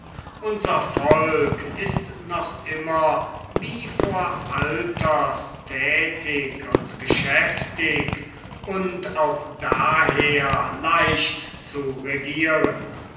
unser volk ist noch immer wie vor alters tätig und geschäftig und auch daher leicht zu regieren